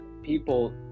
people